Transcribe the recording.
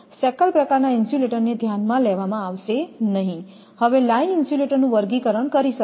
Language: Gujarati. શેકલ પ્રકારના ઇન્સ્યુલેટરને ધ્યાનમાં લેવામાં આવશે નહીં હવે લાઈન ઇન્સ્યુલેટરનું વર્ગીકરણ કરી શકાય છે